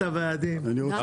להתווכח?